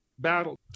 Battle